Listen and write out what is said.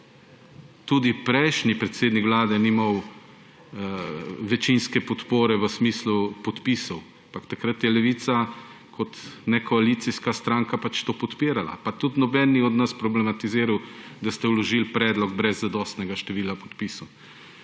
Tudi prejšnji predsednik vlade ni imel večinske podpore v smislu podpisov, ampak takrat je Levica kot nekoalicijska stranka to podpirala, pa tudi noben ni od nas problematiziral, da ste vložili predlog brez zadostnega števila podpisov.